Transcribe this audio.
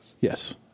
Yes